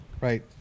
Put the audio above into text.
Right